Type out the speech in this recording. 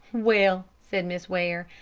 well, said miss ware,